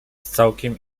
całkiem